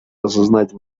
осознать